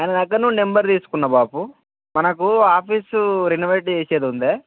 ఆయన దగ్గర నుండి నెంబర్ తీసుకున్నా బాపు మనకు ఆఫీసు రెనోవేట్ ఇచ్చేది ఉందా